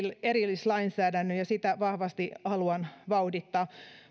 erillislainsäädännön ja sitä vahvasti haluan vauhdittaa